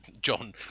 John